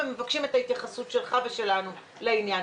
הם מבקשים את ההתייחסות שלך ושלנו לעניין.